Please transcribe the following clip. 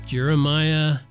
Jeremiah